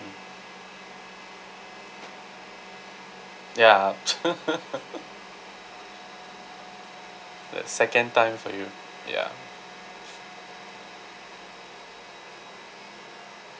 ya that second time for you ya